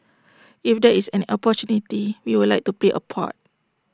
if there is an opportunity we would like to play A part